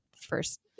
first